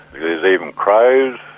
there's even crows,